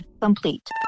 complete